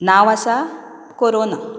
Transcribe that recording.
नांव आसा कोरोना